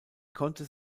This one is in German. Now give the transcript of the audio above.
konnte